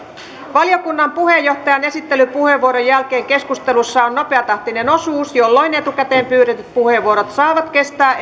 valiokunnan puheenjohtajan esittelypuheenvuoron jälkeen keskustelussa on nopeatahtinen osuus jolloin etukäteen pyydetyt puheenvuorot saavat kestää